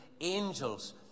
angels